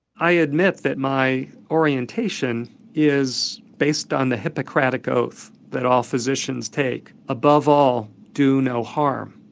i admit that my orientation is based on the hippocratic oath that all physicians take above all do no harm.